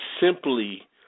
simply